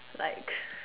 like